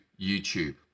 YouTube